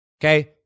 okay